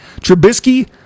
Trubisky